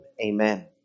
Amen